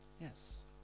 Yes